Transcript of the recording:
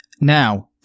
Now –